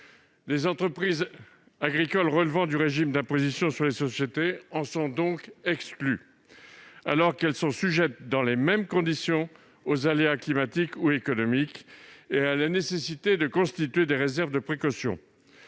Les entreprises agricoles relevant du régime d'imposition sur les sociétés en sont donc exclues, alors qu'elles sont sujettes, dans les mêmes conditions, aux aléas climatiques ou économiques et à la nécessité de constituer des réserves de précaution.